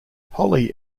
holly